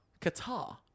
Qatar